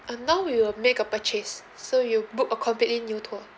um we will make a purchase so you book a completely new tour